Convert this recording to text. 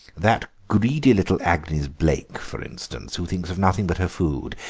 that greedy little agnes blaik, for instance, who thinks of nothing but her food,